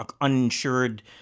uninsured